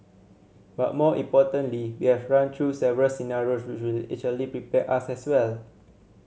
but more importantly we have run through several scenarios which will prepare us as well